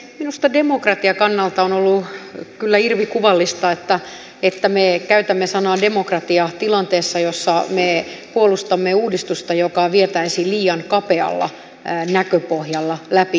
minusta demokratian kannalta on ollut kyllä irvikuvallista että me käytämme sanaa demokratia tilanteessa jossa me puolustamme uudistusta joka vietäisiin liian kapealla näköpohjalla läpi